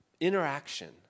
interaction